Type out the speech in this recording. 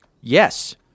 yes